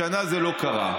השנה זה לא קרה.